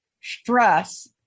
stress